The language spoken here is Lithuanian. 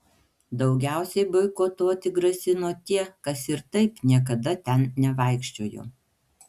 daugiausiai boikotuoti grasino tie kas ir taip niekada ten nevaikščiojo